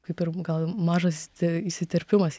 kaip ir gal mažas įsiterpimas